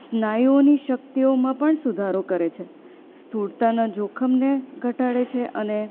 સ્નાયુઓની શક્તિઓમાં પણ સુધારો કરે છે સ્થૂળતાના જોખમને ઘટાડે છે અને